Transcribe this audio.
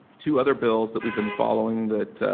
two other bills that we've been following that